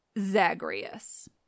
Zagreus